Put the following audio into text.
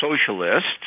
socialists